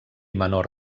menor